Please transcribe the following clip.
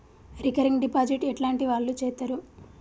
Recurring deposit ఎట్లాంటి వాళ్లు చేత్తరు?